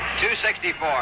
264